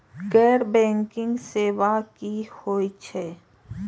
गैर बैंकिंग सेवा की होय छेय?